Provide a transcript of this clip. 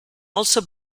also